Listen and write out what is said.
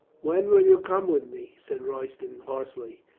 when will you come with me? said royston hoarsely.